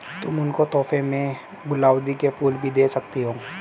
तुम उनको तोहफे में गुलाउदी के फूल भी दे सकती हो